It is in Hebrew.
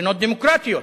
מדינות דמוקרטיות,